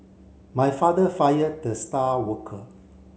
my father fired the star worker